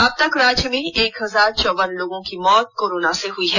अब तक राज्य में एक हजार चौवन लोगों की मौत कोरोना से हुई हैं